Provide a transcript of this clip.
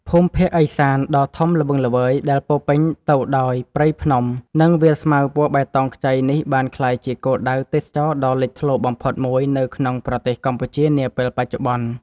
ភូមិភាគឦសានដ៏ធំល្វឹងល្វើយដែលពោរពេញទៅដោយព្រៃភ្នំ និង វាលស្មៅពណ៌បៃតងខ្ចីនេះបានក្លាយជាគោលដៅទេសចរណ៍ដ៏លេចធ្លោបំផុតមួយនៅក្នុងប្រទេសកម្ពុជានាពេលបច្ចុប្បន្ន។